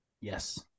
Yes